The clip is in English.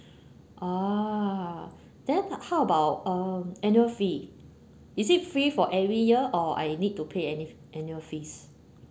ah then how about uh annual fee is it free for every year or I need to pay ann~ annual fees